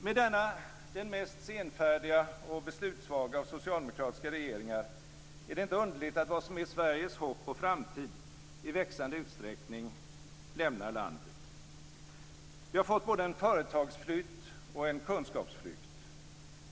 Med denna den mest senfärdiga och beslutssvaga av socialdemokratiska regeringar är det inte underligt att vad som är Sveriges hopp och framtid i växande utsträckning lämnar landet. Vi har fått både en företagsflytt och en kunskapsflykt.